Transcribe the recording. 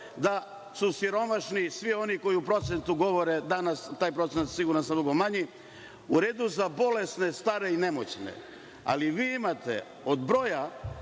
da su siromašni svi oni koji u procentu govore, danas je taj procenat, siguran sam, mnogo manji. U redu za bolesne, stare i nemoćne, ali vi imate od broja